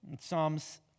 Psalms